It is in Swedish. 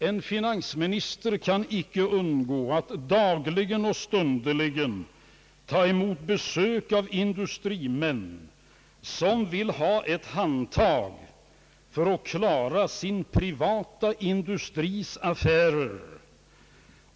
En finansminister kan inte undgå att dagligen och stundligen ta emot besök av industrimän, som vill ha ett handtag för att klara sin privata industris affärer.